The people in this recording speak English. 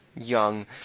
young